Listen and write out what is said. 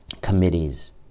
committees